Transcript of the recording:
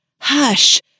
hush